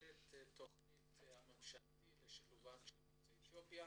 מתכללת התכנית הממשלתית לשילובם של יוצאי אתיופיה.